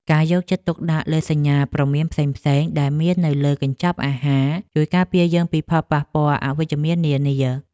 ការយកចិត្តទុកដាក់លើសញ្ញាព្រមានផ្សេងៗដែលមាននៅលើកញ្ចប់អាហារ ជួយការពារយើងពីផលប៉ះពាល់អវិជ្ជមាននានា។